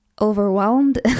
overwhelmed